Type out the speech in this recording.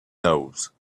nose